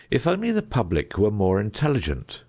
if only the public were more intelligent,